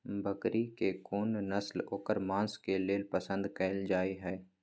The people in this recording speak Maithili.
बकरी के कोन नस्ल ओकर मांस के लेल पसंद कैल जाय हय?